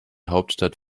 hauptstadt